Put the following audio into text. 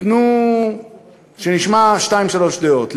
שנשמע שתיים-שלוש דעות.